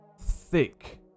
thick